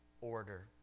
order